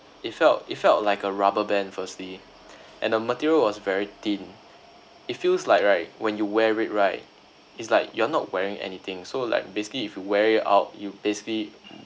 it felt it felt like a rubber band firstly and the material was very thin it feels like right when you wear it right it's like you are not wearing anything so like basically if you wear it out you basically